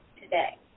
today